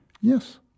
Yes